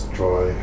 joy